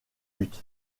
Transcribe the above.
buts